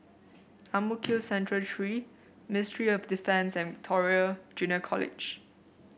Ang Mo Kio Central Three Ministry of Defence and Victoria Junior College